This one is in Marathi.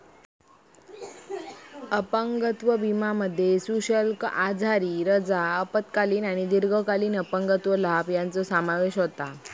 अपंगत्व विमोमध्ये सशुल्क आजारी रजा, अल्पकालीन आणि दीर्घकालीन अपंगत्व लाभ यांचो समावेश होता